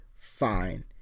fine